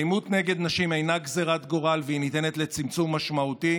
אלימות נגד נשים אינה גזרת גורל והיא ניתנת לצמצום משמעותי,